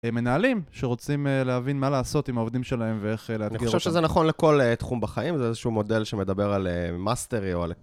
מנהלים שרוצים להבין מה לעשות עם העובדים שלהם ואיך לאתגר אותם. אני חושב שזה נכון לכל תחום בחיים, זה איזשהו מודל שמדבר על מסטרי או על...